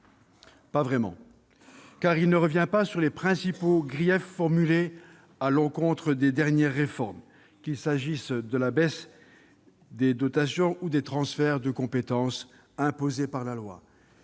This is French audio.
Pas vraiment. En effet, il ne revient pas sur les principaux griefs formulés à l'encontre des dernières réformes, qu'il s'agisse de la baisse des dotations ou des transferts de compétences imposés par la loi.